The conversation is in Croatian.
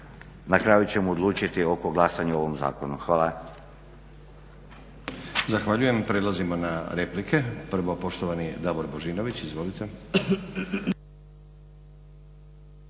na kraju ćemo odlučiti oko glasanja u ovom zakonu. Hvala.